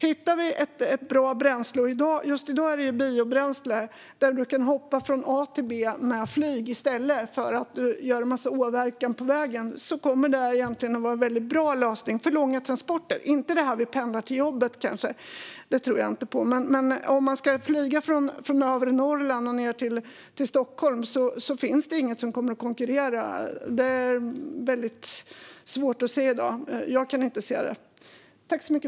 Hittar vi ett bra bränsle - och just i dag är det biobränsle - där man kan hoppa från A till B med flyg i stället för att göra en massa åverkan på vägen kommer det att vara en väldigt bra lösning för långa transporter. Det gäller inte pendling till jobbet - det tror jag inte på - men om man ska flyga från övre Norrland till Stockholm finns det inget som kommer att konkurrera. Det är väldigt svårt att se i dag. Jag kan inte se det.